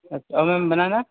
اچھا اور میم بنانا